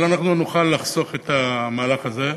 אבל אנחנו נוכל לחסוך את המהלך הזה.